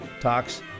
talks